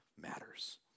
matters